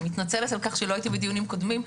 ומתנצלת על כך שלא הייתי בדיונים הקודמים.